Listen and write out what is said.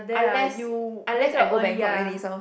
unless unless I go Bangkok like this lor